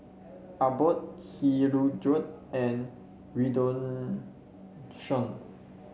Abbott Hirudoid and Redoxon